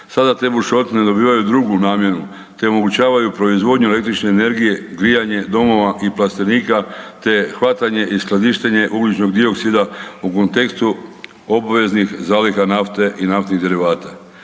Sada te bušotine dobivaju drugu namjenu te omogućavaju proizvodnju električne energije, grijanje domova i plastenika te hvatanje i skladištenje ugljičnog dioksida u kontekstu obveznih zaliha nafte i naftnih derivata.